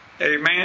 Amen